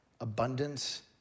abundance